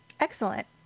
Excellent